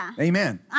Amen